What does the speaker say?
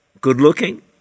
good-looking